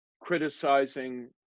criticizing